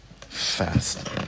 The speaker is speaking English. fast